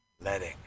letting